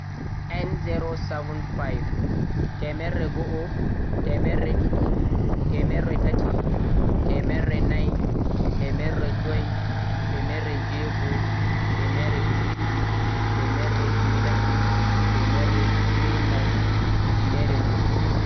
Houɗe, temerre, temerre ɗiɗi, temerre tati, temerre nai, temerre joi, temerre jweego, temerre jweeɗiɗi, temerre jweetati, temerre jweenai ujunere